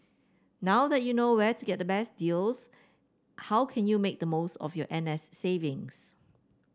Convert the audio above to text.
now that you know where to get the best deals how can you make the most of your N S savings